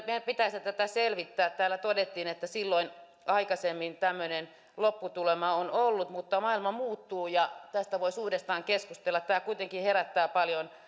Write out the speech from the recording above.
meidän pitäisi tätä selvittää täällä todettiin että silloin aikaisemmin tämmöinen lopputulema on ollut mutta maailma muuttuu ja tästä voisi uudestaan keskustella tämä kuitenkin herättää paljon